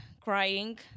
crying